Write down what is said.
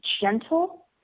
gentle